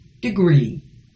degree